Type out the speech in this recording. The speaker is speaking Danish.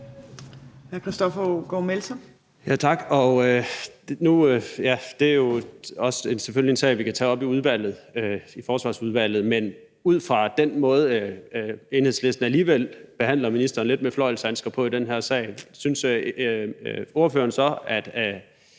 også en sag, vi kan tage op i Forsvarsudvalget, men set ud fra den måde, Enhedslisten alligevel behandler ministeren lidt med fløjlshandsker på i den her sag, synes ordføreren så, at